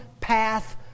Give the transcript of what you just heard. path